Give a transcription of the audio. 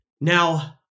now